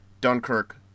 Dunkirk